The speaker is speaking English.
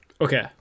Okay